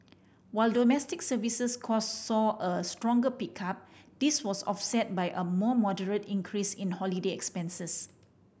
while domestic services cost saw a stronger pickup this was offset by a more moderate increase in holiday expenses